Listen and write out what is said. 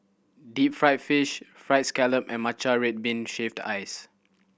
deep fried fish Fried Scallop and matcha red bean shaved ice